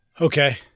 Okay